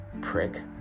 prick